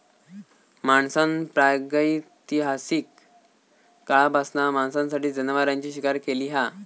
माणसान प्रागैतिहासिक काळापासना मांसासाठी जनावरांची शिकार केली हा